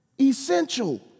essential